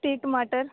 ਅਤੇ ਟਮਾਟਰ